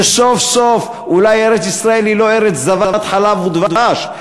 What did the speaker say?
שסוף סוף אולי ארץ-ישראל היא לא ארץ זבת חלב ודבש,